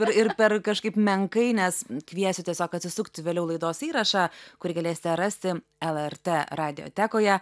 ir ir per kažkaip menkai nes kviesiu tiesiog atsisukti vėliau laidos įrašą kurį galėsite rasti lrt radiotekoje